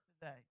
today